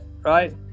right